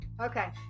Okay